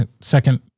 second